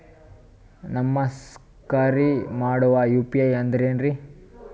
ನಮಸ್ಕಾರ್ರಿ madam UPI ಅಂದ್ರೆನ್ರಿ?